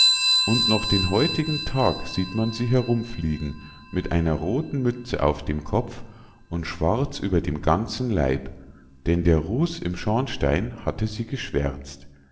und noch den heutigen tag sieht man sie herumfliegen mit einer rothen mütze auf dem kopf und schwarz über dem ganzen leib denn der ruß im schornstin hatte sie geschwärzt